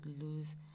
lose